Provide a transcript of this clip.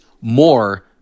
more